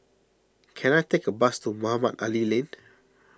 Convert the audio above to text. can I take a bus to Mohamed Ali Lane